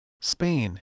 Spain